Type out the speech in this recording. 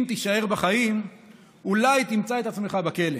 אם תישאר בחיים אולי תמצא את עצמך בכלא,